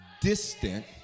distant